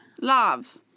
Love